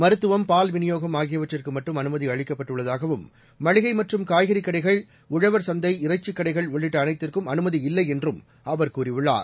மருத்துவம் பால் விநியோகம் ஆகியவற்றுக்கு மட்டும் அனுமதி அளிக்கப்பட்டுள்ளதாகவும் மளிகை மற்றும் காய்கறிக் கடைகள் உழவர் சந்தை இறைச்சிக் கடைகள் உள்ளிட்ட அனைத்திற்கும் அனுமதி இல்லை என்றும் அவர் கூறியுள்ளார்